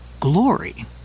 glory